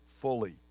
fully